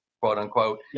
quote-unquote